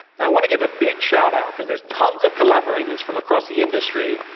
i want to give a big shout-out, because there's tons of collaborators from across the industry.